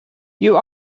you